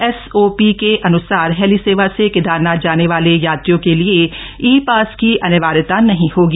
SOP के अन्सार heli सेवा से केदारनाथ जाने वाले यात्रियों के लिए ई पास की अनिवार्यता नहीं होगी